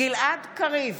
גלעד קריב,